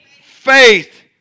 Faith